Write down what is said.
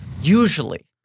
Usually